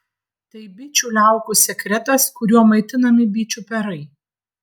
tai bičių liaukų sekretas kuriuo maitinami bičių perai